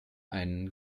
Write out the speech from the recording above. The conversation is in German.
einen